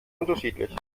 unterschiedlich